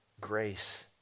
grace